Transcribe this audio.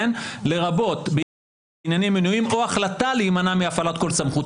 לרבות בענייני מינויים או החלטה להימנע מהפעלת כל סמכות.